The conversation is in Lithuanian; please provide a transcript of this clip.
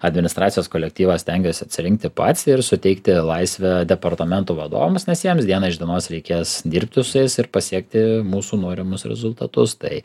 administracijos kolektyvą stengiuosi atsirinkti pats ir suteikti laisvę departamentų vadovams nes jiems diena iš dienos reikės dirbti su jais ir pasiekti mūsų norimus rezultatus tai